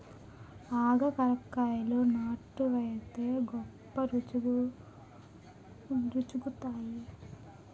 ఆగాకరకాయలు నాటు వైతే గొప్ప రుచిగుంతాయి